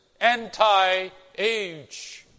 anti-age